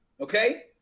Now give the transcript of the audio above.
okay